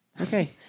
Okay